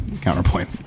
Counterpoint